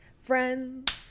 Friends